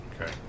Okay